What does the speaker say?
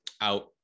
out